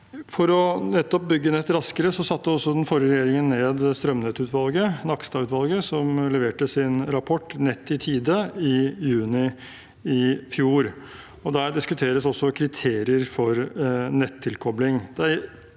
å bygge nett raskere satte den forrige regjeringen ned strømnettutvalget, Nakstad-utvalget, som leverte sin rapport, Nett i tide, i juni i fjor. Der diskuteres også kriterier for nettilkobling.